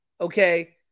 okay